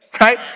right